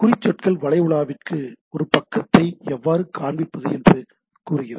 குறிச்சொற்கள் வலை உலாவிக்கு ஒரு பக்கத்தை எவ்வாறு காண்பிப்பது என்று கூறுகின்றன